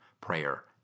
prayer